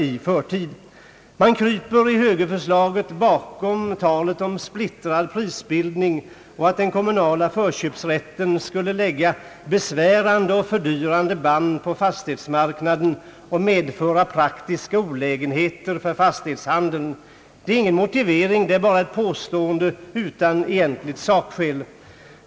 I högerförslaget kryper man bakom talet om splittrad prisbildning och att den kommunala förköpsrätten skulle lägga besvärande och fördyrande band på fastighetsmarknaden samt medföra praktiska olägenheter för fastighetshandeln. Det är dock ingen motivering. Det är bara ett påstående utan egentliga sakskäl.